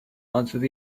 answered